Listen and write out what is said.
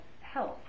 health